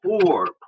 four